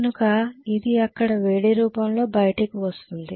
కనుక ఇది అక్కడ వేడి రూపంలో బయటకు వస్తుంది